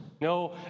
No